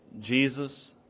Jesus